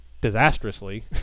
disastrously